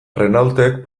renaultek